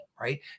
right